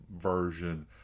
version